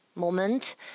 moment